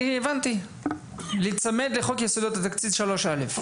אני הבנתי, להיצמד לחוק יסודות התקציב 3(א).